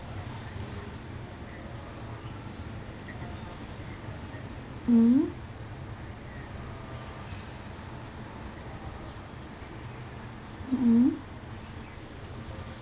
mm mm